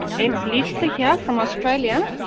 it's lisa here from australia.